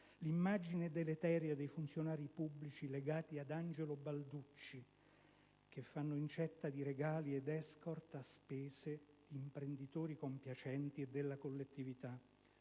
l'immagine deleteria dei funzionari pubblici legati ad Angelo Balducci che fanno incetta di regali ed *escort* a spese di imprenditori compiacenti e della collettività,